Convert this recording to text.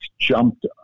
jumped